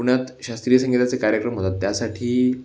पुण्यात शास्त्रीय संगीताचे कार्यक्रम होतात त्यासाठी